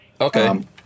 okay